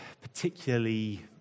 particularly